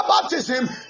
baptism